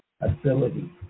ability